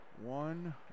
One